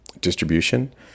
distribution